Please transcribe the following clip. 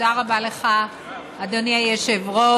תודה רבה לך, אדוני היושב-ראש.